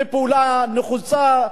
ופעולה נחוצה,